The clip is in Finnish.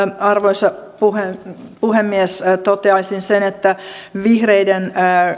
arvoisa puhemies toteaisin että vihreiden